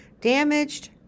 damaged